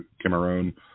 Cameroon